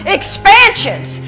expansions